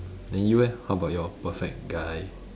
then you eh how about your perfect guy